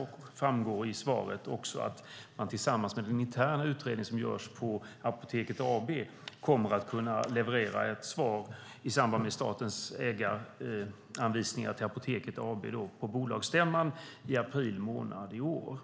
Det framgår av svaret att man tillsammans med den interna utredning som görs beträffande Apoteket AB kommer att kunna leverera ett svar. Det sker i samband med att statens ägaranvisningar till Apoteket AB antas på bolagsstämman i april månad i år.